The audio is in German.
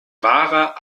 wahrer